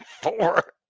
Four